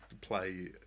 play